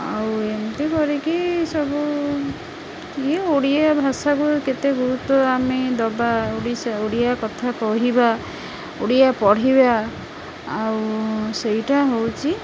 ଆଉ ଏମିତି କରିକି ସବୁ ଇଏ ଓଡ଼ିଆ ଭାଷାକୁ କେତେ ଗୁରୁତ୍ୱ ଆମେ ଦବା ଓଡ଼ିଶା ଓଡ଼ିଆ କଥା କହିବା ଓଡ଼ିଆ ପଢ଼ିବା ଆଉ ସେଇଟା ହଉଛି